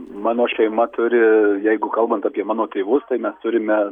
mano šeima turi jeigu kalbant apie mano tėvus tai mes turime